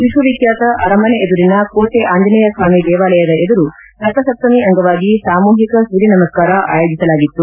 ವಿಶ್ವವಿಖ್ಯಾತ ಅರಮನೆ ಎದುರಿನ ಕೋಟೆ ಆಂಜನೇಯ ಸ್ವಾಮಿ ದೇವಾಲಯದ ಎದುರು ರಥ ಸಪ್ತಮಿ ಅಂಗವಾಗಿ ಸಾಮೂಹಿಕ ಸೂರ್ಯ ನಮಸ್ಕಾರ ಆಯೋಜಿಸಲಾಗಿತ್ತು